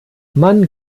man